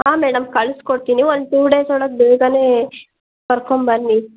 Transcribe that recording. ಹಾ ಮೇಡಮ್ ಕಳ್ಸ್ಕೊಡ್ತೀನಿ ಒಂದು ಟೂ ಡೇಸ್ ಒಳಗೆ ಬೇಗನೇ ಕರ್ಕೊಂಬನ್ನಿ